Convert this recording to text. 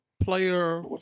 player